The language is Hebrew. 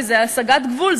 כי זו הסגת גבול.